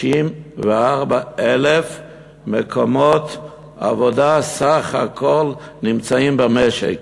ש-64,000 מקומות עבודה סך הכול נמצאים במשק.